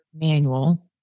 manual